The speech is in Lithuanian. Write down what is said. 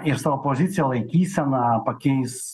ir savo poziciją laikyseną pakeis